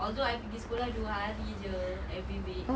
although I pergi sekolah dua hari jer every week